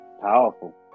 powerful